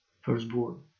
firstborn